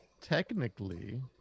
technically